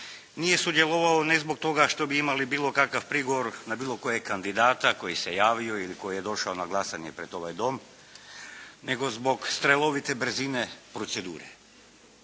nije sudjelovao ne zbog toga što bi imali bilo kakav prigovor na bilo kojeg kandidata koji se javio ili koji je došao na glasanje pred ovaj Dom, nego zbog strelovite brzine procedure.